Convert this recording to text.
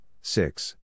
six